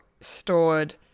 stored